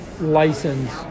license